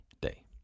day